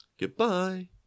Goodbye